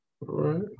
right